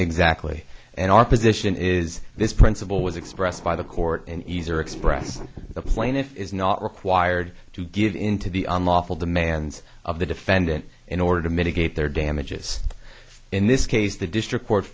exactly and our position is this principle was expressed by the court and easer express the plaintiff is not required to give in to the unlawful demands of the defendant in order to mitigate their damages in this case the district court